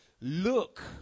Look